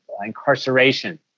incarceration